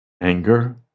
Anger